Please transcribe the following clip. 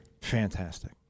Fantastic